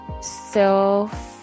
self